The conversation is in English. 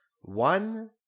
one